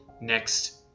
next